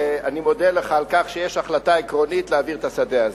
אני מודה לך על כך שיש החלטה עקרונית להעביר את השדה הזה.